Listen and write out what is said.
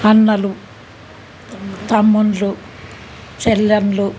అన్నలు తమ్ముళ్ళు చెల్లెళ్ళు